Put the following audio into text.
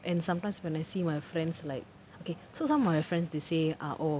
and sometimes when I see my friends like okay so some of my friends they say ah oh